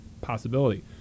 possibility